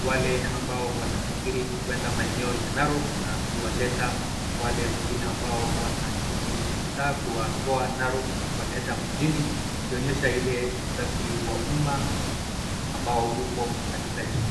wale ambao wanasafiri kuenda maeneo ya Narok, na kuwaleta wale wengine ambao wana shughuli za mtaa, kuwatoa Narok na kuwaleta mjini, ikionyesha ile usafiri wa umma ambao uko katika jiji.